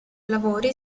lavori